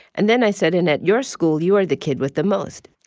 and then i said, and at your school, you are the kid with the most.